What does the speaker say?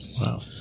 Wow